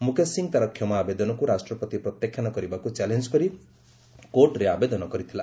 ମୁକେଶ ସିଂ ତା'ର କ୍ଷମା ଆବେଦନକୁ ରାଷ୍ଟ୍ରପତି ପ୍ରତ୍ୟାଖ୍ୟାନ କରିବାକୁ ଚାଲେଞ୍ଜ କରି କୋର୍ଟରେ ଆବେଦନ କରିଥିଲା